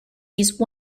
used